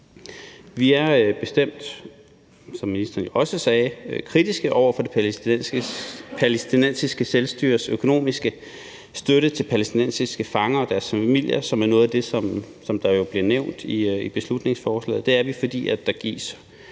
Vi er bestemt, som ministeren også sagde, kritiske over for det palæstinensiske selvstyres økonomiske støtte til palæstinensiske fanger og deres familier, som er noget af det, der jo bliver nævnt i beslutningsforslaget. Det er vi, fordi der gives